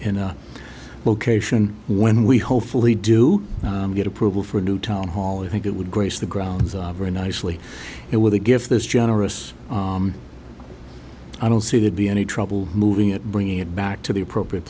in a location when we hopefully do get approval for a new town hall i think it would grace the grounds of very nicely it with a gift this generous i don't see that be any trouble moving it bringing it back to the appropriate